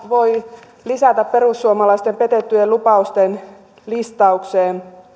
voi lisätä perussuomalaisten petettyjen lupausten listaukseen